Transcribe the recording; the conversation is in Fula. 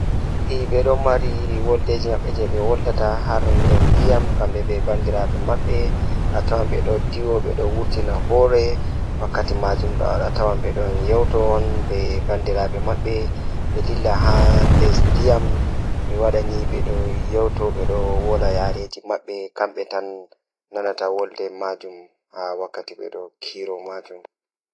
Kala mo mauni fuu handi ɓe wiya nasti nder siyaasa Eyi, ko fii taƴi ɓe foti yimɓe ɗe ngoni e nder ndiyam politique. Ɓuri ko waɗde, ɓe waawi sosde e ngoodi e heɓugol farɗe e nder caɗeele.